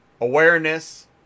Awareness